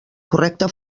correcte